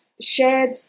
shared